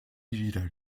wieder